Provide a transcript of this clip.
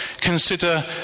Consider